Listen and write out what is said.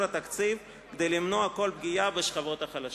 התקציב כדי למנוע כל פגיעה בשכבות החלשות.